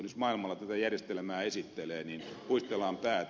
jos maailmalla tätä järjestelmää esittelee niin puistellaan päätä